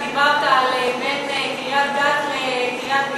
כי דיברת על בין קריית-גת לקריית-ביאליק.